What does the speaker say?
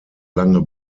lange